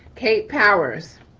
kate powers.